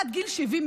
עד גיל 70,